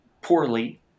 poorly